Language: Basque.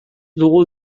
dugu